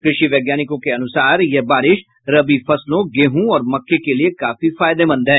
कृषि वैज्ञानिकों के अनुसार यह बारिश रबी फसलों गेहूं और मक्के के लिये काफी फायदेमंद है